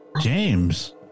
James